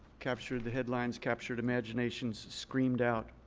captured the headlines, captured imaginations, screamed out,